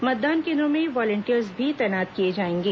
मतदान केंद्रों में वॉलंटियर्स भी तैनात किये जाएंगे